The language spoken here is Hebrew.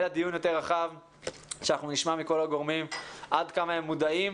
אלא דיון יותר רחב שאנחנו נשמע מכל הגורמים עד כמה הם מודעים